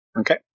Okay